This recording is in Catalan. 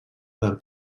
del